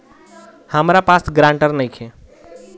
हमरा पास ग्रांटर नइखे?